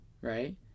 right